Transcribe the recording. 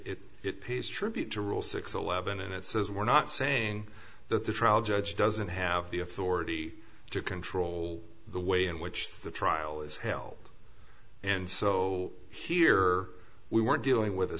it pays tribute to rule six eleven and it says we're not saying that the trial judge doesn't have the authority to control the way in which the trial is held and so here we were dealing with a